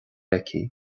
aici